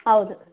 ಹೌದು